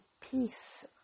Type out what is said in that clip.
peace